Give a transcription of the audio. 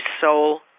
soul